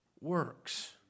works